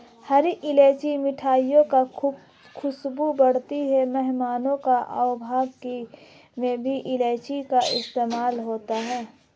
हरी इलायची मिठाइयों की खुशबू बढ़ाती है मेहमानों की आवभगत में भी इलायची का इस्तेमाल होता है